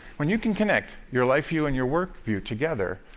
when you can connect your life view and your work view together,